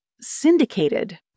syndicated